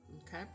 Okay